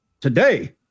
Today